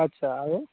আচ্ছা আৰু